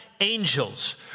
angels